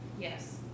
Yes